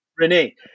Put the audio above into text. Renee